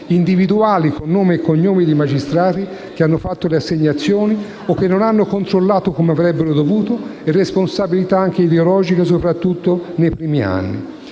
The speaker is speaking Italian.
individuali, con nomi e cognomi di magistrati che hanno fatto le assegnazioni o che non hanno controllato come avrebbero dovuto, e responsabilità anche ideologiche, soprattutto nei primi anni.